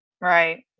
Right